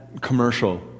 commercial